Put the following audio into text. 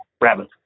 rabbit